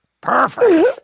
Perfect